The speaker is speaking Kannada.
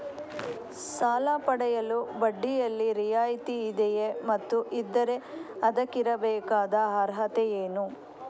ಸಾಲ ಪಡೆಯಲು ಬಡ್ಡಿಯಲ್ಲಿ ರಿಯಾಯಿತಿ ಇದೆಯೇ ಮತ್ತು ಇದ್ದರೆ ಅದಕ್ಕಿರಬೇಕಾದ ಅರ್ಹತೆ ಏನು?